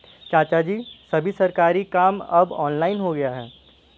चाचाजी, सभी सरकारी काम अब ऑनलाइन हो गया है